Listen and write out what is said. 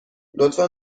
لطفا